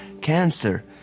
cancer